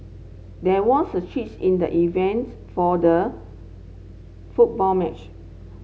there was a in the evens for the football match